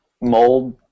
mold